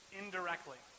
indirectly